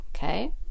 Okay